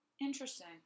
Interesting